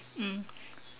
mm